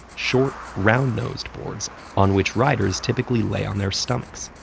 short, round-nosed boards on which riders typically lay on their stomachs.